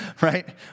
right